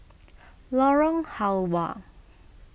Lorong Halwa